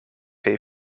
pay